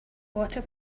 water